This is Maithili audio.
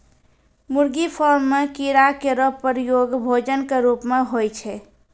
मुर्गी फार्म म कीड़ा केरो प्रयोग भोजन क रूप म होय छै